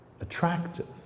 attractive